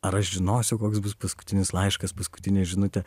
ar aš žinosiu koks bus paskutinis laiškas paskutinė žinutė